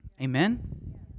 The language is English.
Amen